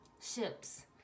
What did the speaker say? Ships